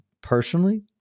Personally